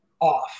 off